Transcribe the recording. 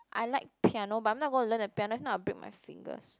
I like piano but I'm not going to learn the piano if not I'll break my fingers